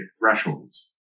thresholds